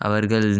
அவர்கள்